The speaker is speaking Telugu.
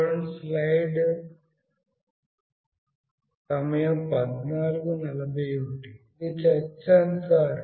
ఇది టచ్ సెన్సార్